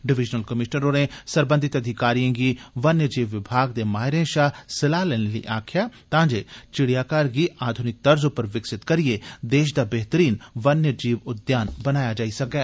divisional commissioner होरें सरबंधत अधिकारियें गी वन्यजीव विभाग दे माहिरें शा सलाह लैने लेई आक्खेया तां जे चिड़ियाघर गी आधुनिक तर्ज पर विकसित करियै देश दा बेहतरीन वन्यजीव उद्यान बनाया जाई सकै